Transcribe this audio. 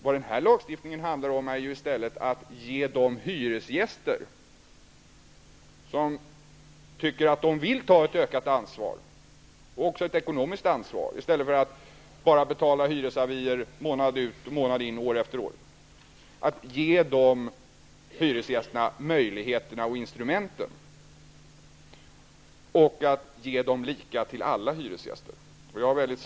Vad den här lagstiftningen handlar om är i stället att ge de hyresgäster som vill ta ett ökat ansvar, också ekonomiskt -- i stället för att bara betala hyresavier månad ut och månad in år efter år -- möjligheterna och instrumenten att göra det, och att se till att alla hyresgäster får samma möjligheter till det.